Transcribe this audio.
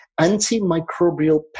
antimicrobial